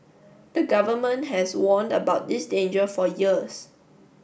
the government has warned about this danger for years